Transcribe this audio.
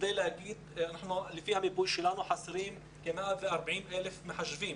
לפי המיפוי שלנו חסרים כ-140,000 מחשבים.